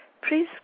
please